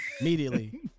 Immediately